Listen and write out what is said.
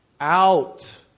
out